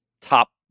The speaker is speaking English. top